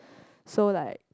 so like